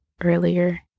earlier